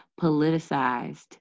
politicized